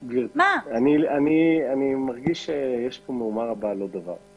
גבירתי, אני מרגיש שיש פה מהומה רבה על לא דבר.